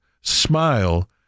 smile